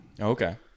Okay